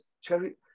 Cherry